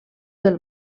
del